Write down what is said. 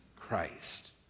Christ